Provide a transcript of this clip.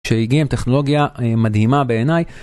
שהגיע עם טכנולוגיה מדהימה בעיניי,